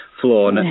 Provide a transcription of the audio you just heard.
floor